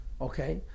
okay